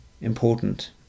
important